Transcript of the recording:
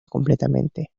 completamente